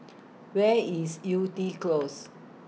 Where IS Yew Tee Close